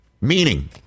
meaning